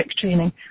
training